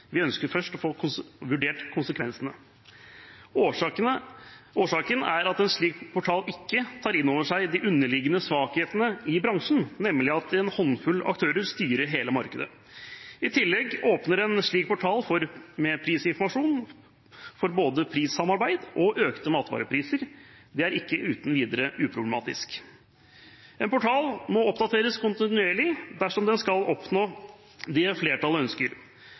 Vi ønsker først å få vurdert konsekvensene. Årsaken er at en slik portal ikke tar inn over seg de underliggende svakhetene i bransjen, nemlig at en håndfull aktører styrer hele markedet. I tillegg åpner en slik portal med prisinformasjon for både prissamarbeid og økte matvarepriser. Det er ikke uten videre uproblematisk. En portal må oppdateres kontinuerlig dersom den skal oppnå det flertallet ønsker.